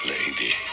Lady